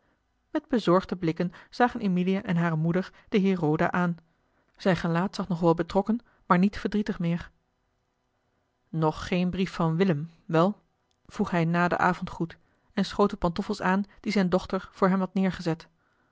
met bezorgde blikken zagen emilia en hare moeder den heer roda aan zijn gelaat zag nog wel betrokken maar niet verdrietig meer nog geen brief van willem wel vroeg hij na den avondgroet en schoot de pantoffels aan die zijne dochter voor hem had neergezet